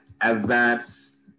advanced